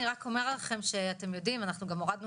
אני רק אומר לכם שאתם יודעים אנחנו גם הורדנו